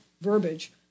verbiage